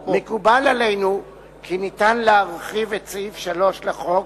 מקובל עלינו כי אפשר להרחיב את סעיף 3 לחוק